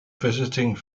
visiting